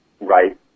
right